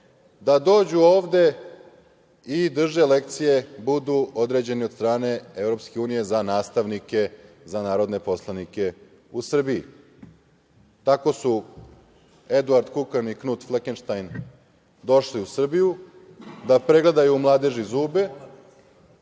da dođu ovde i drže lekcije, budu određeni od strane EU za nastavnike za narodne poslanike u Srbiji. Tako su Eduard Kukan i Knut Flekenštajn došli u Srbiju da pregledaju mladeži zube,